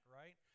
right